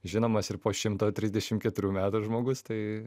žinomas ir po šimto trisdešim keturių metų žmogus tai